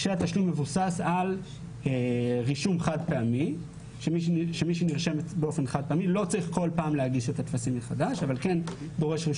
כאשר התשלום מבוסס על רישום חד-פעמי ולא צריך כל פעם להגיש מחדש את